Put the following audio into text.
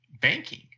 banking